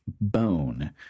bone